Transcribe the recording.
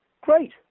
Great